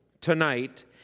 tonight